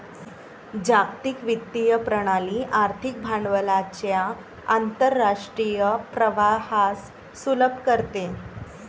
जागतिक वित्तीय प्रणाली आर्थिक भांडवलाच्या आंतरराष्ट्रीय प्रवाहास सुलभ करते